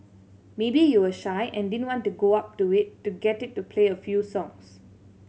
maybe you were shy and didn't want to go up to it to get it to play a few songs